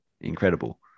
incredible